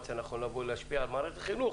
מצא לנכון לבוא להשפיע על מערכת החינוך,